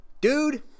Dude